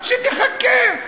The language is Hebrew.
שתחכה.